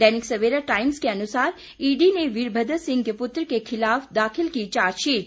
दैनिक Savera Times के अनुसार ED ने वीरभद्र सिंह के पुत्र के खिलाफ दाखिल की चार्जशीट